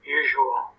usual